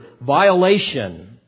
violation